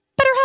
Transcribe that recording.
BetterHelp